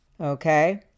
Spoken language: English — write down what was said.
Okay